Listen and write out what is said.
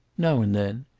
now and then.